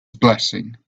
blessing